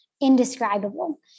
indescribable